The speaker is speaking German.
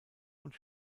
und